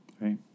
Right